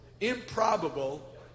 improbable